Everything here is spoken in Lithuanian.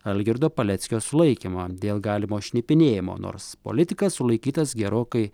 algirdo paleckio sulaikymą dėl galimo šnipinėjimo nors politikas sulaikytas gerokai